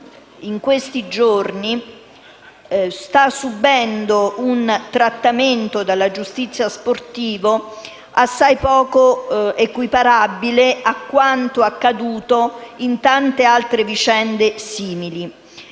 in questi giorni sta subendo un trattamento dalla giustizia sportiva assai poco equiparabile a quanto accaduto in tante altre vicende simili.